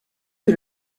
que